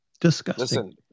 Disgusting